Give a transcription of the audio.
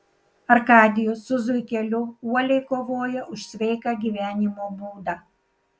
arkadijus su zuikeliu uoliai kovoja už sveiką gyvenimo būdą